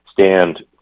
stand